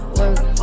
work